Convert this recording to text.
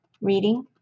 reading